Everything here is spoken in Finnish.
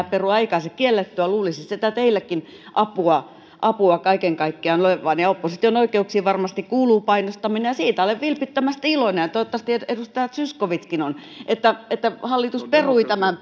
perua ei kai se kiellettyä ole luulisi siitä teillekin apua apua kaiken kaikkiaan olevan ja opposition oikeuksiin varmasti kuuluu painostaminen ja siitä olen vilpittömästi iloinen ja toivottavasti edustaja zyskowiczkin on että että hallitus perui tämän